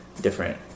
different